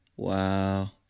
Wow